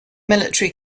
military